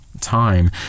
time